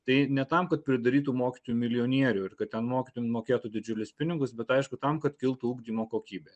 tai ne tam kad pridarytų mokytojų milijonierių ir kad ten mokytojam mokėtų didžiulius pinigus bet aišku tam kad kiltų ugdymo kokybė